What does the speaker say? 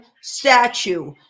statue